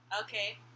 Okay